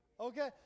Okay